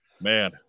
man